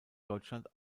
deutschland